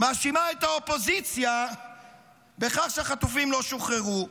מאשימים את האופוזיציה בכך שהחטופים לא שוחררו.